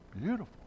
beautiful